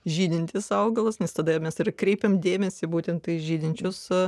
žydintis augalas nes tada ir mes ir kreipiam dėmesį būtent į žydinčius